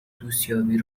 دوستیابی